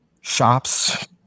shops